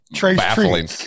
baffling